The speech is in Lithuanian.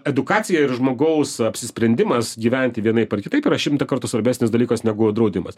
edukacija ir žmogaus apsisprendimas gyventi vienaip ar kitaip yra šimtą kartų svarbesnis dalykas negu draudimas